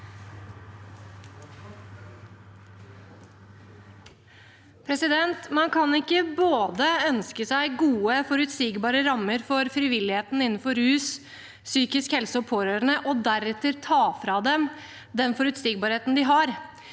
Man kan ikke både ønske seg gode, forutsigbare rammer for frivilligheten innenfor rus, psykisk helse og pårørende og deretter ta fra dem den forutsigbarheten de har.